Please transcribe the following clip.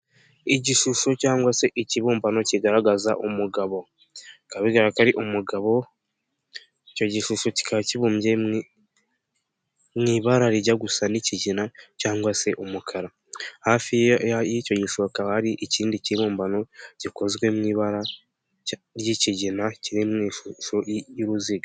Igishusho cyangwa se ikibumbano kigaragaza umugabo. Bigaragara ko ari umugabo, icyo gishushanyo kikaba kibumbye mu ibara rijya gusa nk'ikigina cyangwa se umukara. Hafi y'icyo gishusho kaba hari ikindi kibumbano gikozwe mu ibara ry'ikigina kiri mu ishusho y'uruziga.